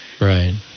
Right